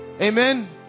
amen